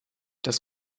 das